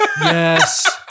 Yes